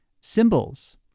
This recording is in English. symbols